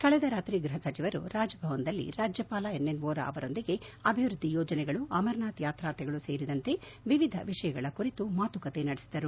ಕಳೆದ ರಾತ್ರಿ ಗೃಹ ಸಚಿವರು ರಾಜ್ ಭವನದಲ್ಲಿ ರಾಜ್ಯಪಾಲ ಎನ್ ಎನ್ ವೋರಾ ಅವರೊಂದಿಗೆ ಅಭಿವ್ಬದ್ದಿ ಯೋಜನೆಗಳು ಅಮರನಾಥ್ ಯಾತ್ರಾರ್ಥಿಗಳು ಸೇರಿದಂತೆ ವಿವಿಧ ವಿಷಯಗಳ ಕುರಿತು ಮಾತುಕತೆ ನಡೆಸಿದರು